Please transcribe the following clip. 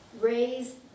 Raise